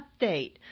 update